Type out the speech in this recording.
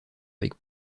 avec